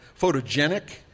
photogenic